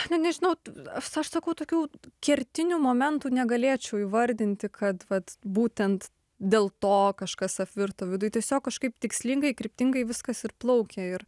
na nežinau a aš sakau tokių kertinių momentų negalėčiau įvardinti kad vat būtent dėl to kažkas apvirto viduj tiesiog kažkaip tikslingai kryptingai viskas ir plaukė ir